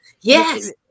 Yes